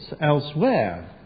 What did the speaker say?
elsewhere